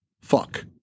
fuck